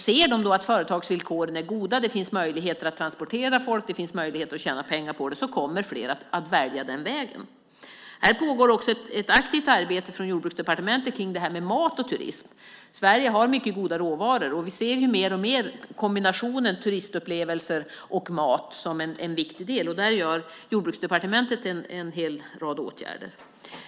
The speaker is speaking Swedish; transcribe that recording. Ser de då att företagsvillkoren är goda och att det finns möjligheter att transportera folk och att tjäna pengar kommer fler att välja den vägen. Här pågår också ett aktivt arbete från Jordbruksdepartementets sida kring det här med mat och turism. Sverige har mycket goda råvaror. Mer och mer ser vi kombinationen av turistupplevelser och mat som en viktig del. Där vidtar Jordbruksdepartementet en rad åtgärder.